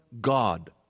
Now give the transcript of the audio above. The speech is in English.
God